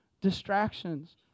distractions